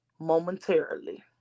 momentarily